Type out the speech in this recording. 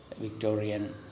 Victorian